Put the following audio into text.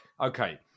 Okay